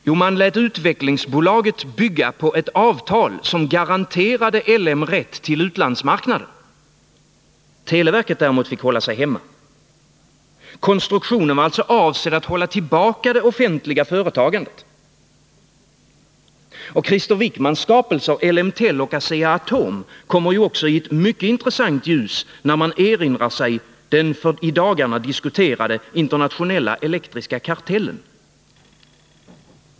Jo, man lät utvecklingsbolaget bygga på ett avtal som garanterade LM rätt till utlandsmarknaden. Televerket däremot fick hålla sig hemma. Konstruktionen var alltså avsedd att hålla tillbaka det offentliga ju också i ett mycket intressant ljus när man erinrar sig den nu i dagarna Tisdagen den diskuterade internationella elektriska kartellen.